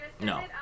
No